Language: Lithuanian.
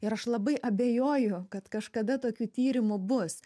ir aš labai abejoju kad kažkada tokių tyrimų bus